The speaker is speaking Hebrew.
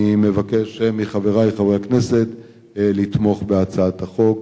אני מבקש מחברי חברי הכנסת לתמוך בהצעת החוק,